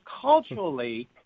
culturally—